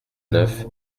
neuf